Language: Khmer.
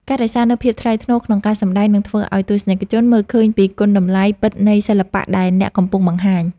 ការរក្សានូវភាពថ្លៃថ្នូរក្នុងការសម្តែងនឹងធ្វើឱ្យទស្សនិកជនមើលឃើញពីគុណតម្លៃពិតនៃសិល្បៈដែលអ្នកកំពុងបង្ហាញ។